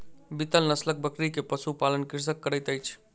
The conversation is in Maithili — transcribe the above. बीतल नस्लक बकरी के पशु पालन कृषक करैत अछि